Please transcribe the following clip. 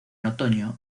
otoño